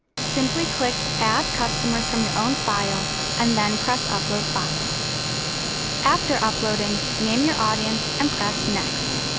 simply click add customers from your own file and then press upload file after uploading, name your audience, and press next.